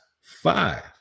Five